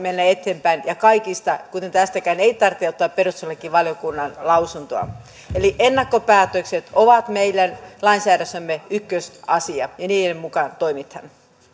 mennä eteenpäin ja kaikista kuten tästäkään ei tarvitse ottaa perustuslakivaliokunnan lausuntoa eli ennakkopäätökset ovat meidän lainsäädännössämme ykkösasia ja niiden mukaan toimitaan